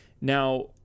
now